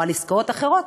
או על עסקאות אחרות,